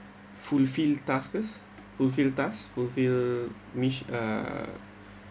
fulfil tasks fulfil task fulfil miss uh